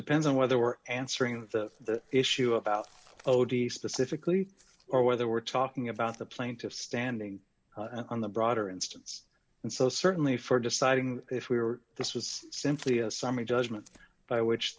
depends on whether we're answering the issue about odis the civic lee or whether we're talking about the plaintiffs standing on the broader instance and so certainly for deciding if we were this was simply a summary judgment by which